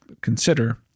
consider